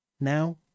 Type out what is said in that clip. Now